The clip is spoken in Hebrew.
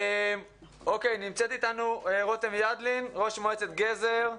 נמצאת איתנו רותם ידלין, ראש מועצת גזר.